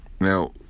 now